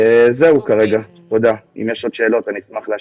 אם יש עוד שאלות, אני אשמח להשיב.